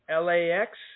LAX